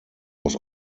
was